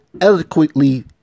eloquently